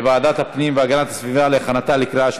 לוועדת הפנים והגנת הסביבה נתקבלה.